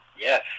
yes